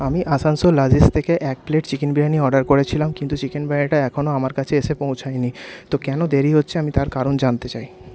আমি আসানসোল রাজেশ থেকে এক প্লেট চিকেন বিরিয়ানি অর্ডার করেছিলাম কিন্তু চিকেন বিরিয়ানিটা এখনও আমার কাছে এসে পৌঁছায়নি তো কেন দেরি হচ্ছে আমি তার কারণ জানতে চাই